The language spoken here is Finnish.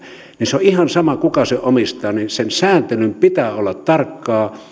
niin se on ihan sama kuka sen omistaa sen sääntelyn pitää olla tarkkaa